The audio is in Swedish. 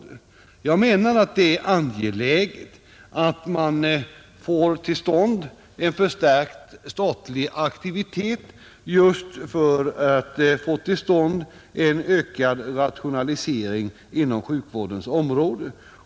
Jag menar att det är väsentligt att man får till stånd en förstärkt statlig aktivitet just för att åstadkomma en ökad rationalisering inom sjukvårdens område.